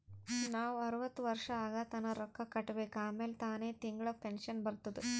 ನಾವ್ ಅರ್ವತ್ ವರ್ಷ ಆಗತನಾ ರೊಕ್ಕಾ ಕಟ್ಬೇಕ ಆಮ್ಯಾಲ ತಾನೆ ತಿಂಗಳಾ ಪೆನ್ಶನ್ ಬರ್ತುದ್